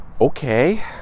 okay